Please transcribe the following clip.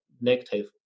negative